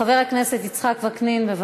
חבר הכנסת יצחק וקנין, בבקשה.